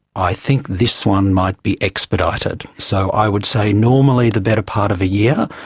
i think this one might be expedited, so i would say normally the better part of a year,